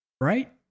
Right